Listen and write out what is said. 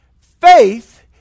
faith